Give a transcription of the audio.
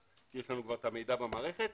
יש לנו את המידע במערכת.